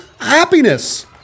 happiness